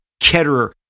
Ketterer